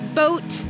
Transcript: boat